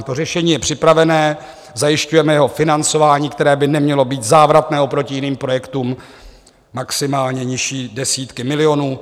To řešení je připravené, zajišťujeme jeho financování, které by nemělo být závratné oproti jiným projektům, maximálně nižší desítky milionů.